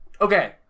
Okay